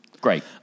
Great